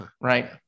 Right